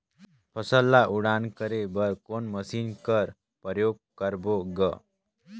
फसल ल उड़ान करे बर कोन मशीन कर प्रयोग करबो ग?